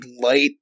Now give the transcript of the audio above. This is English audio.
light